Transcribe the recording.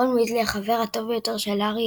רון ויזלי – החבר הטוב ביותר של הארי,